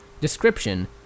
Description